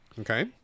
Okay